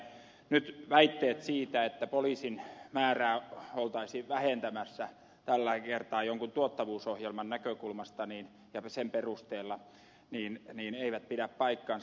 nyt väitteet siitä että poliisin määrää oltaisiin vähentämässä tällä kertaa jonkin tuottavuusohjelman näkökulmasta ja sen perusteella eivät pidä paikkaansa